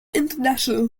international